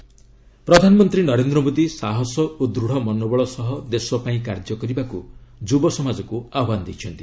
ମୋଦି ଆସାମ ପ୍ରଧାନମନ୍ତ୍ରୀ ନରେନ୍ଦ୍ର ମୋଦି ସାହସ ଓ ଦୂଢ଼ ମନୋବଳ ସହ ଦେଶପାଇଁ କାର୍ଯ୍ୟ କରିବାକୁ ଯୁବସମାଜକୁ ଆହ୍ୱାନ ଦେଇଛନ୍ତି